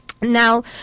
Now